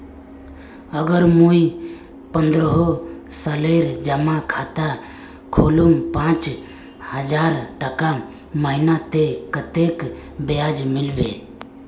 अगर मुई पन्द्रोह सालेर जमा खाता खोलूम पाँच हजारटका महीना ते कतेक ब्याज मिलबे?